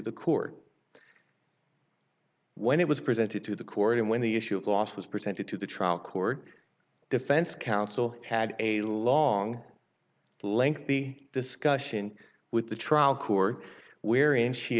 the court when it was presented to the court and when the issue of loss was presented to the trial court defense counsel had a long lengthy discussion with the trial court wherein she